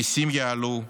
המיסים יעלו,